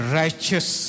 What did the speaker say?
righteous